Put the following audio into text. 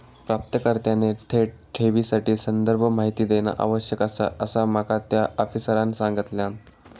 प्राप्तकर्त्याने थेट ठेवीसाठी संदर्भ माहिती देणा आवश्यक आसा, असा माका त्या आफिसरांनं सांगल्यान